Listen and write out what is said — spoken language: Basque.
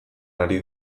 ari